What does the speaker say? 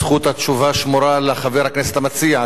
זכות התשובה שמורה לחבר הכנסת המציע.